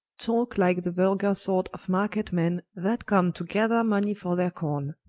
talke like the vulgar sort of market men, that come to gather money for their corne.